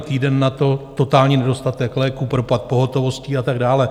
Týden nato totální nedostatek léků, propad pohotovostí a tak dále.